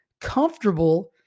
comfortable